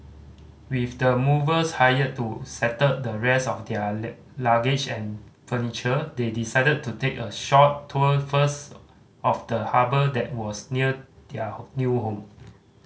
with the movers hired to settle the rest of their luggage and furniture they decided to take a short tour first of the harbour that was near their new home